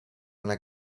una